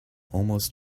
almost